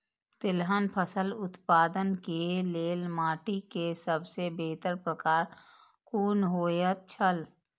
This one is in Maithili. तेलहन फसल उत्पादन के लेल माटी के सबसे बेहतर प्रकार कुन होएत छल?